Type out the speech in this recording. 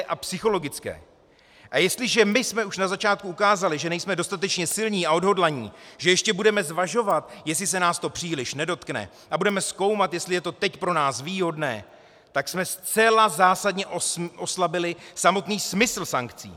A jestliže my jsme už na začátku ukázali, že nejsme dostatečně silní a odhodlaní, že ještě budeme zvažovat, jestli se nás to příliš nedotkne, a budeme zkoumat, jestli je to teď pro nás výhodné, tak jsme zcela zásadně oslabili samotný smysl sankcí.